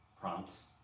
prompts